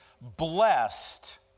Blessed